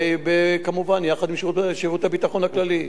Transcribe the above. כמובן יחד עם שירות הביטחון הכללי,